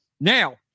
Now